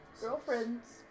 Girlfriends